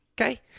okay